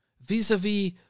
vis-a-vis